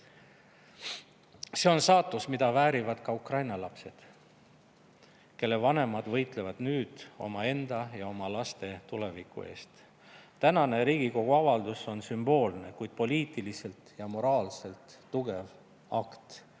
See on saatus, mida väärivad ka ukraina lapsed, kelle vanemad võitlevad nüüd omaenda ja oma laste tuleviku eest. Tänane Riigikogu avaldus on sümboolne, kuid poliitiliselt ja moraalselt tugev akt.